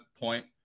point